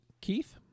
Keith